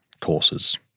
courses